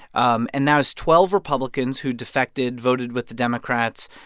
um and that was twelve republicans who defected, voted with the democrats.